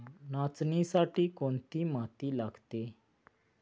नाचणीसाठी कोणती माती लागते?